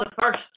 first